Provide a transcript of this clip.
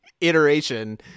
iteration